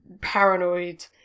paranoid